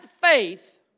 faith